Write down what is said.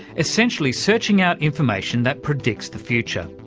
essentially searching out information that predicts the future.